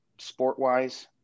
sport-wise